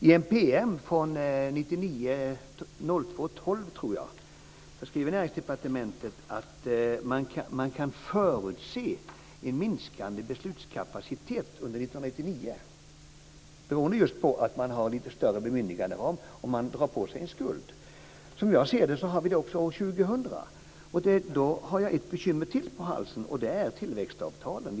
I en PM från den 12 februari 1999 skriver Näringsdepartementet att man kan förutse en minskande beslutskapacitet under 1999 beroende just på att man har en lite större bemyndiganderam om man drar på sig en skuld. Som jag ser det får man år 2000 ett ytterligare bekymmer på halsen, och det är tillväxtavtalen.